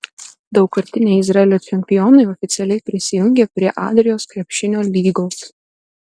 daugkartiniai izraelio čempionai oficialiai prisijungė prie adrijos krepšinio lygos